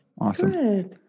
awesome